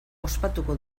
ospatuko